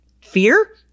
fear